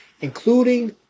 including